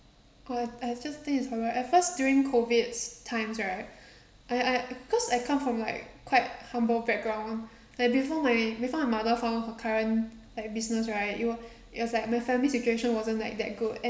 oh I just think is horrible at first during COVID times right I I cause I come from like quite humble background like before my before my mother found her current like business right it were it was like my family situation wasn't like that good and